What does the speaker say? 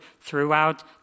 throughout